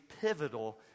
pivotal